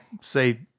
say